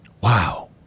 Wow